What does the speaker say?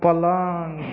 पलङ्ग